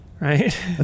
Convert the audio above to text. Right